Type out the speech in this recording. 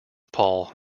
paul